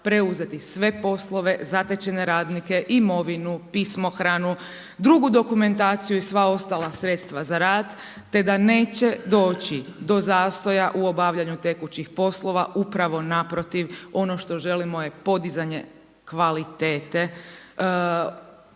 preuzeti sve poslove, zatečene radnike, imovinu, pismohranu, drugu dokumentaciju i sva ostala sredstva za rad te da neće doći do zastoja u obavljanju tekućih poslova, upravo naprotiv, ono što želimo je podizanje kvalitete